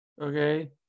okay